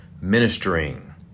ministering